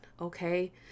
Okay